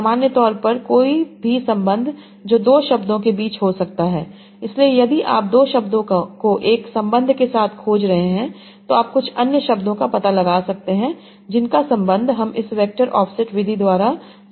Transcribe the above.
सामान्य तौर पर कोई भी संबंध जो दो शब्दों के बीच में हो सकता है इसलिए यदि आप दो शब्दों को एक संबंध के साथ खोज रहे हैं तो आप कुछ अन्य शब्दों का पता लगा सकते हैं जिनका संबंध हम इस वेक्टर ऑफ़सेट विधि द्वारा सरल कर रहे हैं